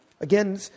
Again